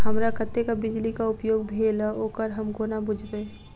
हमरा कत्तेक बिजली कऽ उपयोग भेल ओकर हम कोना बुझबै?